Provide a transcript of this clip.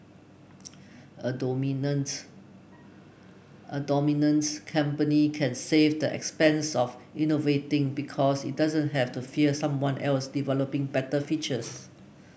a dominant a dominant company can save the expense of innovating because it doesn't have to fear someone else developing better features